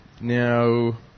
now